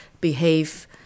behave